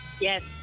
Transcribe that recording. Yes